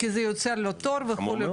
יוצר לו תור וכו'.